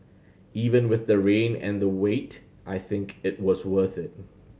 even with the rain and the wait I think it was worth it